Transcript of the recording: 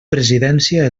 presidència